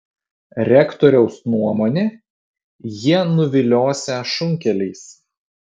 rektoriaus nuomone jie nuviliosią šunkeliais